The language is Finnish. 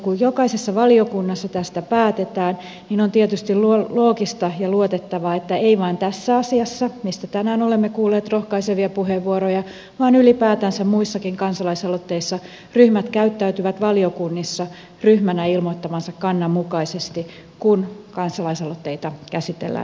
kun jokaisessa valiokunnassa tästä päätetään on tietysti loogista ja luotettavaa että ei vain tässä asiassa mistä tänään olemme kuulleet rohkaisevia puheenvuoroja vaan ylipäätänsä muissakin kansalaisaloitteissa ryhmät käyttäytyvät valiokunnissa ryhmänä ilmoittamansa kannan mukaisesti kun kansalaisaloitteita käsitellään jatkossa